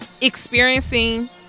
experiencing